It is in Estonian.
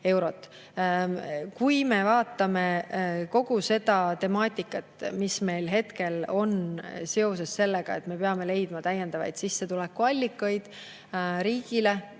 eurot. Kui me vaatame kogu seda temaatikat, mis meil hetkel on seoses sellega, et me peame leidma täiendavaid sissetulekuallikaid riigile,